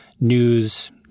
news